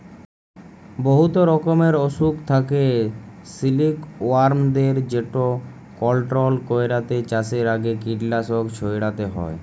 বহুত রকমের অসুখ থ্যাকে সিলিকওয়ার্মদের যেট কলট্রল ক্যইরতে চাষের আগে কীটলাসক ছইড়াতে হ্যয়